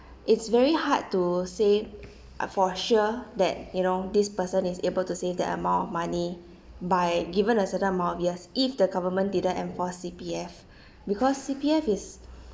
it's very hard to say uh for sure that you know this person is able to save that amount of money by given a certain amount of years if the government didn't enforce C_P_F because C_P_F is